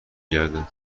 گردم